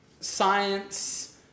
Science